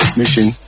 mission